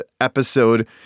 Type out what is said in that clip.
episode